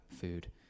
food